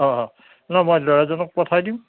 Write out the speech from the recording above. অঁ নহয় মই ল'ৰাজনক পঠাই দিম